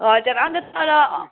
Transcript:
हजुर अन्त तर